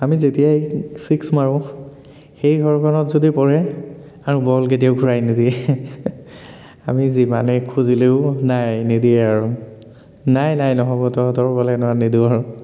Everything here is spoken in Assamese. আমি যেতিয়াই ছিক্স মাৰোঁ সেই ঘৰখনত যদি পৰে আৰু বল কেতিয়াও ঘূৰাই নিদিয়ে আমি যিমানেই খুজিলেও নাই নিদিয়ে আৰু নাই নাই নহ'ব তহঁতৰ বল এনেকুৱা নিদিওঁ আৰু